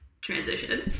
transition